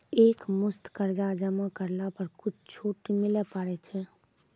एक मुस्त कर्जा जमा करला पर कुछ छुट मिले पारे छै?